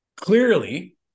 Clearly